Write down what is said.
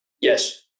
yes